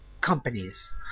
companies